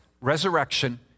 resurrection